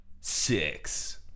Six